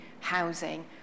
housing